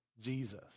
Jesus